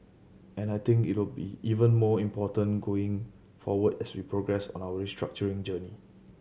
and I think it will be even more important going forward as we progress on our restructuring journey